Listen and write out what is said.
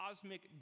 cosmic